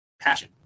passion